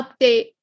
update